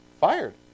fired